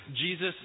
Jesus